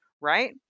right